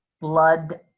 blood